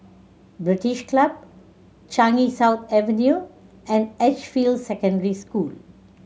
British Club Changi South Avenue and Edgefield Secondary School